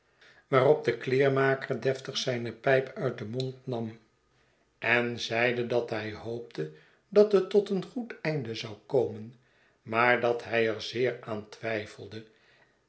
waarop de kleermaker deftig zijne pijp uit den mond nam en zeide dat hij hoopte dat het tot een goed einde zou komen maar dat hij er zeer aan twyfelde